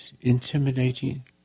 intimidating